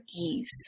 ease